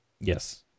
Yes